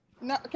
No